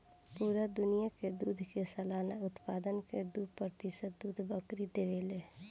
पूरा दुनिया के दूध के सालाना उत्पादन के दू प्रतिशत दूध बकरी देवे ले